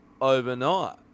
overnight